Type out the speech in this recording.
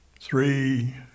Three